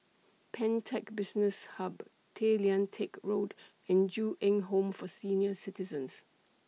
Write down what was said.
Pantech Business Hub Tay Lian Teck Road and Ju Eng Home For Senior Citizens